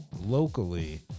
locally